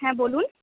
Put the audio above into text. হ্যাঁ বলুন